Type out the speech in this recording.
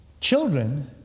Children